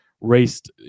raced